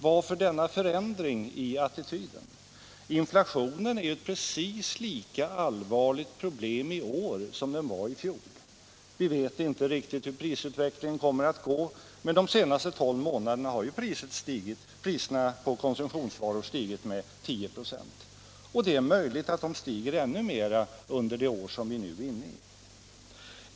Varför denna förändring i attityden? Inflationen är ju ett precis lika allvarligt problem i år som den var i fjol. Vi vet inte riktigt hur prisutvecklingen kommer att gå, men de senaste tolv månaderna har priserna på konsumtionsvaror stigit med 10 96. Och det är möjligt att de stiger ännu mer under det år som vi nu är inne i.